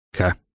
Okay